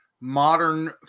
modern